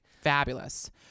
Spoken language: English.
Fabulous